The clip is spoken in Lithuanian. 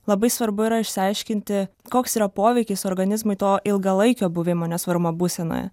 labai svarbu yra išsiaiškinti koks yra poveikis organizmui to ilgalaikio buvimo nesvarumo būsenoje